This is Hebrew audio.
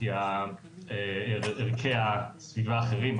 כי ערכי הסביבה האחרים,